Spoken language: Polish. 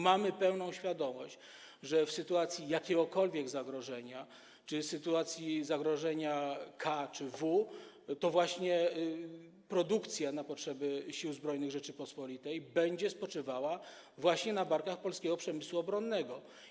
Mamy pełną świadomość, że w sytuacji jakiegokolwiek zagrożenia, w sytuacji zagrożenia K czy W, produkcja na potrzeby Sił Zbrojnych Rzeczypospolitej będzie spoczywała właśnie na barkach polskiego przemysłu obronnego.